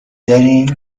داریم